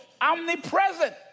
omnipresent